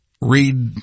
read